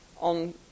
on